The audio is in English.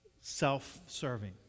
Self-serving